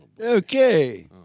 Okay